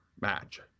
match